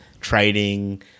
trading